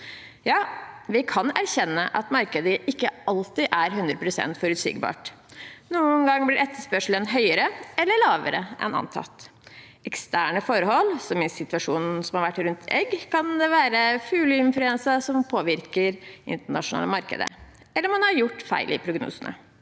Vi kan er kjenne at markedet ikke alltid er 100 pst. forutsigbart. Noen ganger blir etterspørselen høyere eller lavere enn antatt. Eksterne forhold i situasjonen som har vært rundt egg, kan være fugleinfluensa, som påvirker det internasjonale markedet, eller det kan være at man har gjort feil i prognosene.